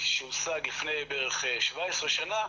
שהושג לפני בערך 17 שנה,